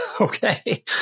okay